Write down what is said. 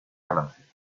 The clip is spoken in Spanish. balance